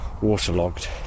waterlogged